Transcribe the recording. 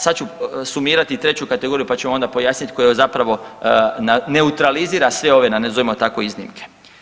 Sad ću sumirati i treću kategoriju pa ćemo onda pojasniti koja zapravo neutralizira sve ove, nazovimo tako, iznimke.